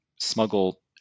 smuggle